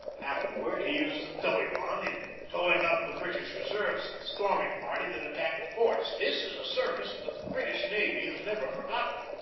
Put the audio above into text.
afterward he used the toey-wan in towing up the british reserves for the storming party that at tacked the forts. this is a service that the british navy has never forgotten.